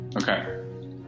Okay